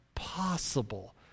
possible